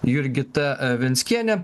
jurgita venckienė